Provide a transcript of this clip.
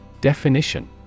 Definition